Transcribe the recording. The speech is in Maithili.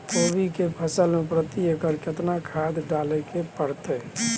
कोबी के फसल मे प्रति एकर केतना खाद डालय के परतय?